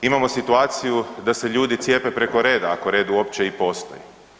Imamo situaciju da se ljudi cijepe preko reda, ako red uopće i postoji.